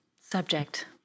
subject